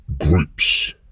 groups